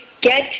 get